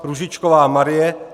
Růžičková Marie